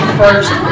first